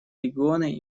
регионе